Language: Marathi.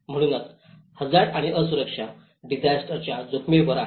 म्हणूनच हझार्ड आणि असुरक्षा डिसास्टरच्या जोखमीवर आहे